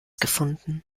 gefunden